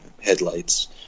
headlights